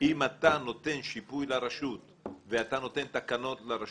אם אתה נותן שיפוי לרשות ואתה נותן תקנות לרשות,